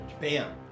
bam